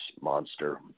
monster